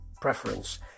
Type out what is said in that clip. preference